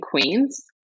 Queen's